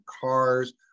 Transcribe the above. cars